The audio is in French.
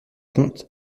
comte